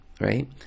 right